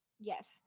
Yes